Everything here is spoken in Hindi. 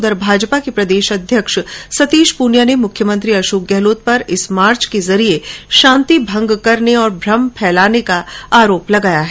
उधर भाजपा प्रदेशाध्यक्ष सतीश पूनिया ने मुख्यमंत्री अशोक गहलोत पर इस मार्च के जरिए शांति भंग करने और भ्रम फैलाने का आरोप लगाया है